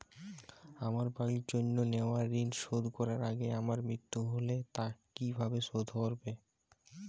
আমার বাড়ির জন্য নেওয়া ঋণ শোধ করার আগে আমার মৃত্যু হলে তা কে কিভাবে শোধ করবে?